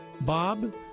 Bob